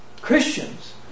Christians